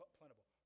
plentiful